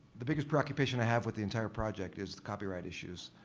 the biggest preoccupation i have with the entire project is the copyright issues.